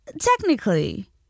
technically